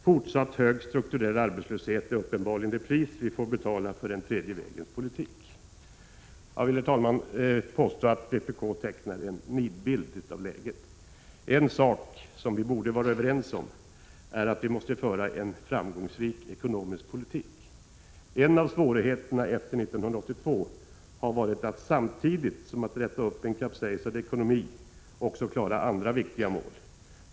Fortsatt hög strukturell arbetslöshet är uppenbarligen det pris som vi får betala för den tredje vägens politik, heter det vidare. Jag vill, herr talman, påstå att vpk tecknar en nidbild av läget. En sak som vi borde vara överens om är att vi måste föra en framgångsrik ekonomisk politik. En av svårigheterna efter 1982 har varit att vi samtidigt som vi försökt rätta till en kapsejsad ekonomi har försökt klara andra viktiga mål.